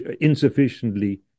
insufficiently